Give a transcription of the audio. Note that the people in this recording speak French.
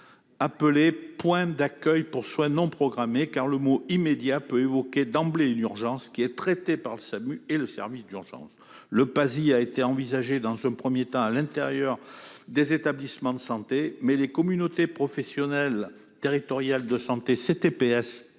« point d'accueil pour soins non programmés », car le terme « immédiat » peut évoquer, d'emblée, une urgence, laquelle est traitée par le SAMU et le service d'urgence. Le PASI a été envisagé, dans un premier temps, au sein des établissements de santé, mais les communautés professionnelles territoriales de santé (CPTS)